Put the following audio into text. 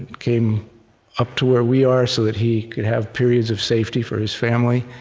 came up to where we are so that he could have periods of safety for his family,